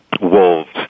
wolves